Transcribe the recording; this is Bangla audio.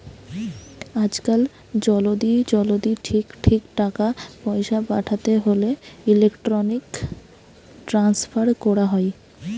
আজকাল জলদি জলদি ঠিক ঠিক টাকা পয়সা পাঠাতে হোলে ইলেক্ট্রনিক ট্রান্সফার কোরা হয়